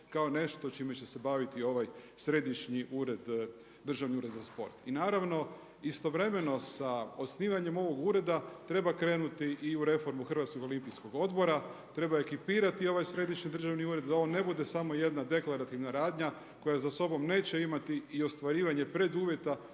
kao nešto s čime će se baviti ovaj središnji ured, Državni ured za sport. I naravno istovremeno sa osnivanjem ovog ureda treba krenuti i u reformu Hrvatskog olimpijskog odbora, treba ekipirati ovaj središnji državni ured da ovo ne bude samo jedna deklarativna radnja koja za sobom neće imati i ostvarivati preduvjeta